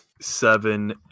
Seven